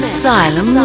Asylum